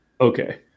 okay